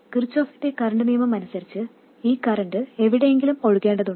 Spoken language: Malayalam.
കിർചോഫിന്റെ കറൻറ് നിയമം അനുസരിച്ച് ഈ കറൻറ് എവിടെയെങ്കിലും ഒഴുകേണ്ടതുണ്ട്